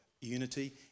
unity